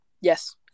Yes